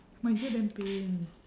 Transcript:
my ear damn pain